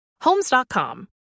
Homes.com